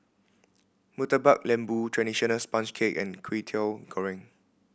Murtabak Lembu traditional sponge cake and Kwetiau Goreng